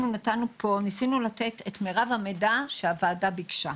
ניסינו לתת את מירב המידע שהוועדה ביקשה.